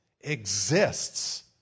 exists